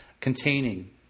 containing